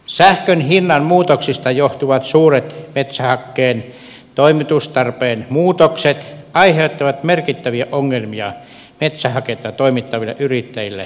sähkön hinnan muutoksista johtuvat suuret metsähakkeen toimitustarpeen muutokset aiheuttavat merkittäviä ongelmia metsähaketta toimittaville yrittäjille ja metsänomistajille